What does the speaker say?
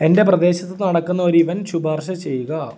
എന്റെ പ്രദേശത്തു നടക്കുന്നൊരു ഇവൻറ് ശുപാർശ ചെയ്യുക